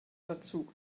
dazu